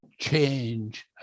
change